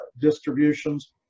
distributions